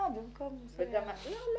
--- לא ככה,